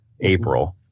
April